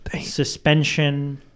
Suspension